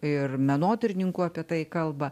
ir menotyrininkų apie tai kalba